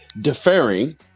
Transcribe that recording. deferring